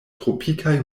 tropikaj